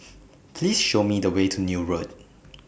Please Show Me The Way to Neil Road